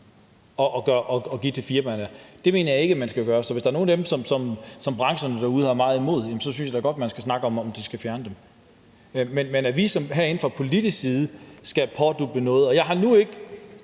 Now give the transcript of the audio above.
pådutter firmaerne, ikke, at man skal gøre det. Så hvis der er nogle af dem, som brancherne derude har meget imod, synes jeg da godt, at man kan snakke om, om de skal fjerne dem. Men at vi så herinde fra politisk side skal pådutte dem noget, mener jeg ikke,